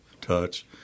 touch